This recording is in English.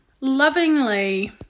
lovingly